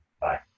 Bye